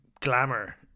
glamour